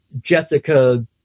Jessica